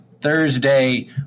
Thursday